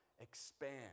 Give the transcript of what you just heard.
expand